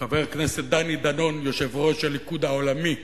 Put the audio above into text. חבר הכנסת דני דנון, יושב-ראש הליכוד העולמי.